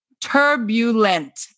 turbulent